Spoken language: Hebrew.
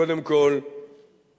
קודם כול הגדרת